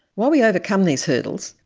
while we overcome these hurdles,